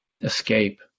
escape